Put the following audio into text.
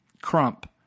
Crump